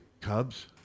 Cubs